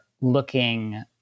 looking